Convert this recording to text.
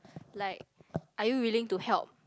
like are you willing to help